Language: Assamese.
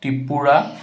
ত্ৰিপুৰা